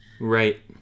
Right